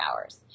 hours